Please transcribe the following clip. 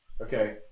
Okay